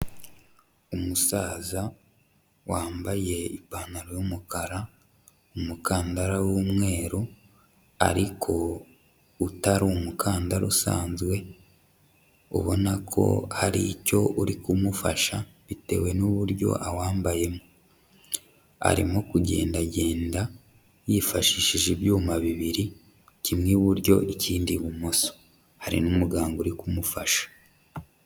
Umusaza wambaye ipantaro y'umukara, umukandara w'umweru ariko utari umukandara usanzwe ubona ko hari icyo uri kumufasha bitewe n'uburyo awambayemo, arimo kugendagenda yifashishije ibyuma bibiri, kimwe iburyo ikindi ibumoso, hari n'umuganga uri kumufasha.